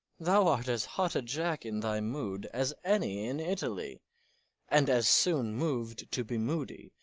thou art as hot a jack in thy mood as any in italy and as soon moved to be moody,